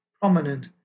prominent